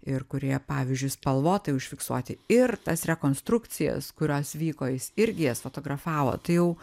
ir kurie pavyzdžiui spalvotai užfiksuoti ir tas rekonstrukcijas kurios vyko jis irgi jas fotografavo tai jau